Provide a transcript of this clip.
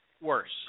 Worse